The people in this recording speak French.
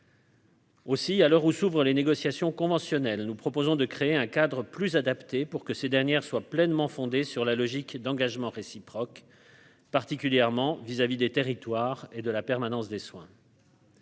Aussi, à l'heure où s'ouvrent les négociations conventionnelles, nous proposons de créer un cadre plus adapté pour que ces dernières soient pleinement fondée sur la logique d'engagements réciproques, particulièrement vis-à-vis des territoires et de la permanence des soins.